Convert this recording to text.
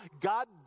God